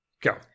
Go